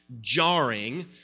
jarring